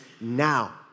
now